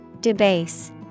Debase